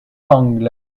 angles